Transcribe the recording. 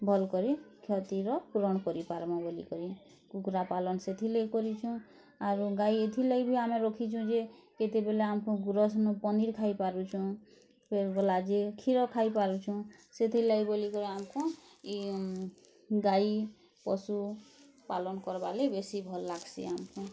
ଭଲ୍ କରି କ୍ଷତିର ପୂରଣ୍ କରି ପାର୍ମୁ ବୋଲିକରି କୁକୁରା ପାଲନ୍ ସେଥିର୍ ଲାଗି କରିଛୁଁ ଆରୁ ଗାଈ ଏଥିର୍ ଲାଗି ବି ଆମେ ରଖିଛୁ ଯେ କେତେବେଲେ ଆମକୁ ଗୁରଷ୍ ନୁ ପନିର୍ ଖାଇ ପାରୁଛୁଁ ଫେର୍ ଗଲା ଯେ କ୍ଷୀର ଖାଇ ପାରୁଛୁଁ ସେଥିର୍ ଲାଗି ବୋଲିକରି ଆମ୍କୁ ଇ ଗାଈ ପଶୁ ପାଲନ୍ କ୍ରବାର୍ ଲାଗି ବେଶୀ ଭଲ୍ ଲାଗ୍ସି ଆମ୍କୁ